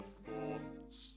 thoughts